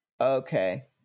Okay